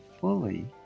fully